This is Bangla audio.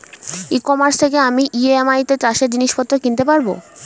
ই কমার্স থেকে আমি ই.এম.আই তে চাষে জিনিসপত্র কিনতে পারব?